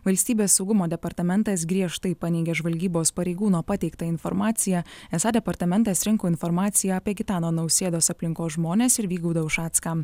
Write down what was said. valstybės saugumo departamentas griežtai paneigė žvalgybos pareigūno pateiktą informaciją esą departamentas rinko informaciją apie gitano nausėdos aplinkos žmones ir vygaudą ušacką